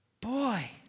boy